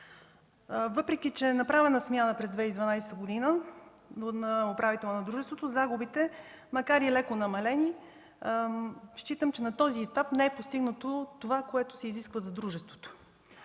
през 2012 г. е направена смяна на управителя на дружеството, загубите, макар и леко, са намалени, но считам, че на този етап не е постигнато това, което се изисква за дружеството.